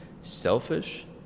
selfish